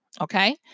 Okay